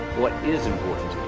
what is important